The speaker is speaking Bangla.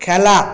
খেলা